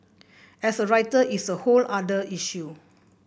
as a writer it's a whole other issue